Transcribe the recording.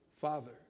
Father